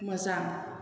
मोजां